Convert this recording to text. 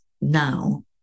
now